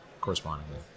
correspondingly